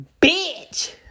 bitch